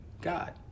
God